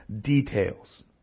details